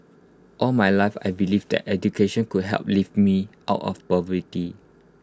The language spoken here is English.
all my life I believed that education could help lift me out of poverty